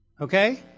Okay